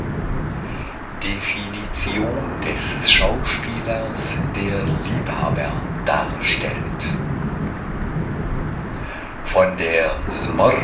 definition des schauspielers der liebhaber darstellt von der